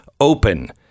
open